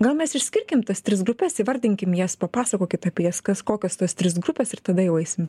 gal mes išskirkim tas tris grupes įvardinkim jas papasakokit apie jas kas kokios tos trys grupes ir tada jau eisim